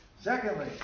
Secondly